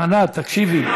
ענת, תקשיבי,